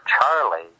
Charlie